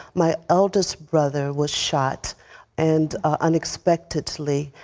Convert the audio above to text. my eldest brother was shot and unexpectedly,